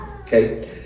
Okay